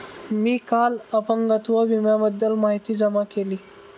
मी काल अपंगत्व विम्याबद्दल माहिती जमा केली